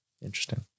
Interesting